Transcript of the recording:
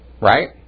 Right